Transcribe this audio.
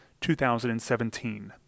2017